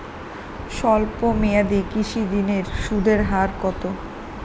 স্বল্প মেয়াদী কৃষি ঋণের সুদের হার কত?